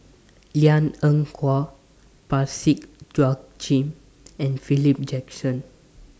Liang Eng Hwa Parsick and Philip Jackson